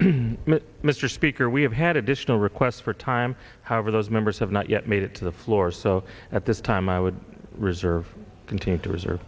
mr speaker we have had additional requests for time however those members have not yet made it to the floor so at this time i would reserve continue to